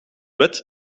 wet